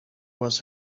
was